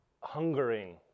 hungering